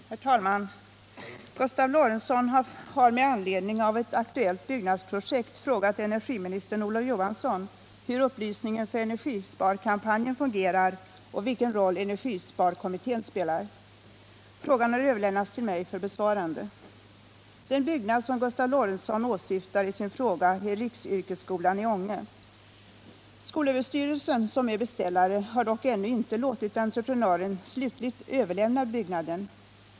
Herr talman! Gustav Lorentzon har med anledning av ett aktuellt byggnadsprojekt frågat energiminister Olof Johansson hur upplysningen för energisparkampanjen fungerar och vilken roll energisparkommittén spelar. Frågan har överlämnats till mig för besvarande. Den byggnad som Gustav Lorentzon åsyftar i sin fråga är riksyrkesskolan i Ånge. Skolöverstyrelsen, som är beställare, har dock ännu inte låtit entreprenören slutligt överlämna byggnaden.